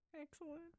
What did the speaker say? Excellent